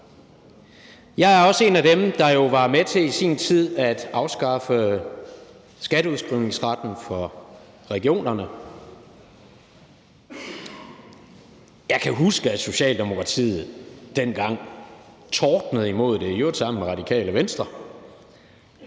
Jeg er også en af dem, der var med til i sin tid at afskaffe skatteudskrivningsretten for regionerne. Jeg kan huske, at Socialdemokratiet dengang tordnede imod det, i øvrigt sammen med Radikale Venstre,